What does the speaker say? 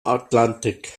atlantik